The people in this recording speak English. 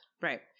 Right